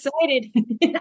excited